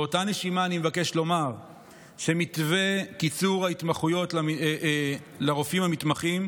באותה נשימה אני מבקש לומר שמתווה קיצור ההתמחויות לרופאים המתמחים,